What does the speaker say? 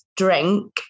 Drink